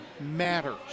matters